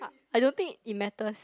I don't think it matters